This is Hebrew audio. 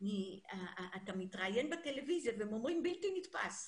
אתה מתראיין בטלוויזיה והם אומרים בלתי נתפס,